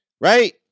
right